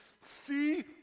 See